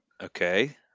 Okay